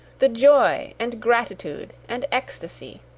the joy, and gratitude, and ecstasy!